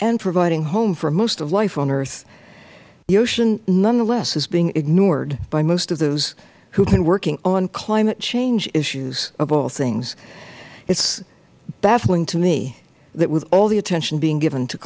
and providing home for most of life on earth the ocean nonetheless is being ignored by most of those who have been working on climate change issues of all things it is baffling to me that with all the attention being given to